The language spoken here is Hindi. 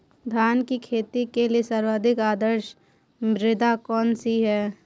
धान की खेती के लिए सर्वाधिक आदर्श मृदा कौन सी है?